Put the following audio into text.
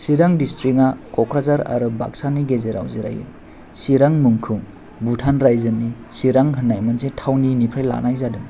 सिरां डिसट्रिकया क'क्राझार आरो बाक्सानि गेजेराव जिरायो सिरां मुंखौ भुतान राज्योनि सिरां होननाय मोनसे थावनिनि फ्राय लानाय जादों